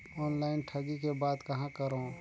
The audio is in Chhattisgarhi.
ऑनलाइन ठगी के बाद कहां करों?